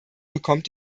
bekommt